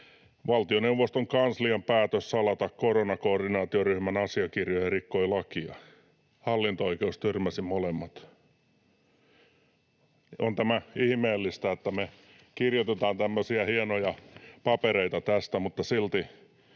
valtioneuvoston kanslian päätös salata koronakoordinaatioryhmän asiakirjoja rikkoi lakia. Hallinto-oikeus tyrmäsi molemmat. On tämä ihmeellistä, että me kirjoitetaan tämmöisiä hienoja papereita tästä, mutta silti